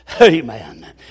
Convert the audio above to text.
Amen